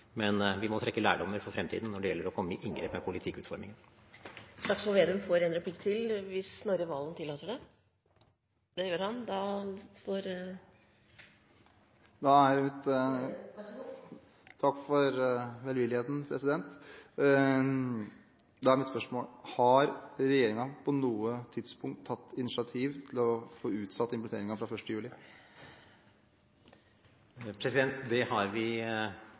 men vi må trekke lærdommer for fremtiden når det gjelder å komme i inngrep med politikkutformingen. Representanten Trygve Slagsvold Vedum får en tredje replikk hvis representanten Snorre Serigstad Valen tillater det. Det gjør han. Takk for velvilligheten, president. Mitt spørsmål er: Har regjeringen på noe tidspunkt tatt initiativ til å få utsatt implementeringen fra 1. juli? Det har vi